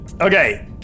Okay